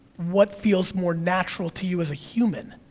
what feels more natural to you as a human.